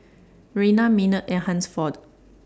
Rayna Maynard and Hansford